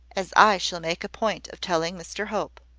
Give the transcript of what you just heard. as i shall make a point of telling mr hope.